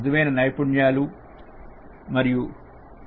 మృదువైన నైపుణ్యాలు మరియు యు